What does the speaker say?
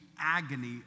agony